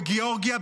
בגיאורגיה,